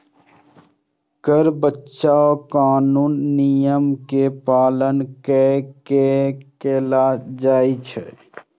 कर बचाव कानूनी नियम के पालन कैर के कैल जाइ छै